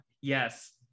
Yes